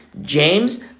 James